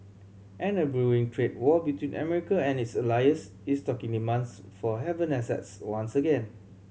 and a brewing trade war between America and its allies is stoking demands for haven assets once again